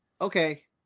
okay